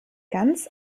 ganz